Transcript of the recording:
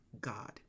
God